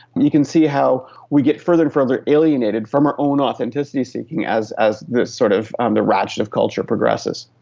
you can see how we get further and further alienated from our own authenticity seeking as as the sort of um the ratchet of culture progresses.